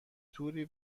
توری